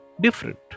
different